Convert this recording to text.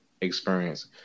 experience